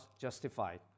justified